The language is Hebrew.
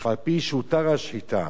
אף-על-פי שהתיר השחיטה